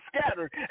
scattered